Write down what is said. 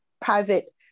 private